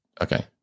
Okay